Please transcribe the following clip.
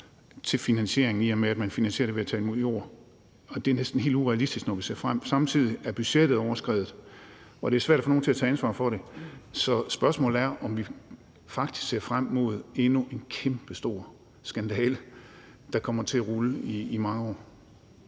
til finansieringen, i og med at man finansierer det ved at tage imod jord, og det er næsten helt urealistisk, når vi ser fremad. Samtidig er budgettet overskredet, og det er svært at få nogen til at tage ansvar for det. Så spørgsmålet er, om vi faktisk ser frem mod endnu en kæmpestor skandale, der kommer til at rulle i mange år.